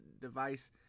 device